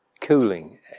cooling